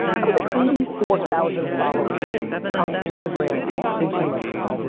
i was like eighty four thousand followers on instagram eighteen months ago.